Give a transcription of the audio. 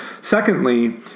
secondly